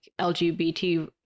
LGBT